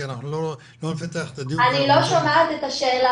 כי אנחנו לא נפתח את הדיון --- אני לא שומעת את השאלה.